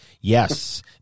yes